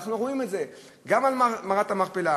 ואנחנו רואים את זה, גם על מערת המכפלה.